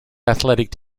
athletic